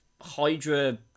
Hydra